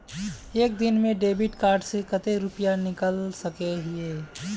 एक दिन में डेबिट कार्ड से कते रुपया निकल सके हिये?